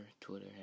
Twitter